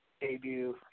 debut